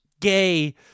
gay